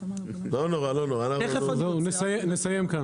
אז, נסיים כאן.